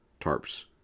tarps